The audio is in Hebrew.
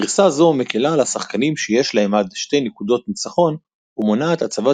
גרסה זו מקלה על השחקנים שיש להם עד שתי נקודות ניצחון ומונעת הצבת